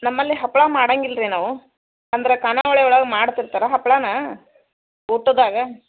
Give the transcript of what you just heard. ನಮ್ಮಲ್ಲಿ ಹಪ್ಪಳ ಮಾಡಂಗಿಲ್ಲ ರೀ ನಾವು ಅಂದರೆ ಖಾನಾವಳಿ ಒಳಗೆ ಮಾಡ್ತ ಇರ್ತಾರೆ ಹಪ್ಳನ ಊಟದಾಗೆ